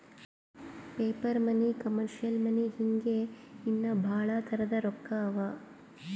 paper money, commercial money ಹಿಂಗೆ ಇನ್ನಾ ಭಾಳ್ ತರದ್ ರೊಕ್ಕಾ ಅವಾ